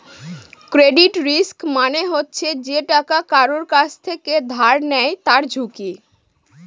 credit risk মানে হচ্ছে যে টাকা কারুর কাছ থেকে ধার নেয় তার ঝুঁকি